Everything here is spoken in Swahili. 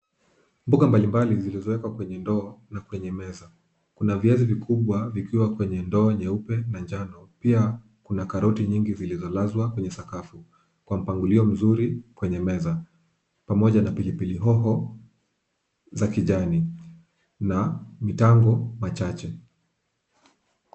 Mboga mbalimbali zilizowekwa kwenye ndoo na kwenye meza, kuna viazi vikubwa vikiwa kwenye ndoo nyeupe na njano, pia kuna karoti nyingi zilizolazwa kwenye sakafu kwa mpangilio mzuri kwenye meza, pamoja na pilipili hoho za kijani na mitango michache.